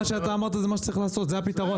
מה שאתה אמרת זה מה שצריך לעשות, זה הפתרון.